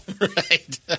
Right